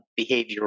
behavioral